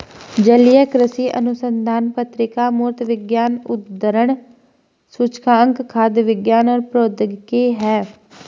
जलीय कृषि अनुसंधान पत्रिका अमूर्त विज्ञान उद्धरण सूचकांक खाद्य विज्ञान और प्रौद्योगिकी है